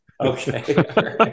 okay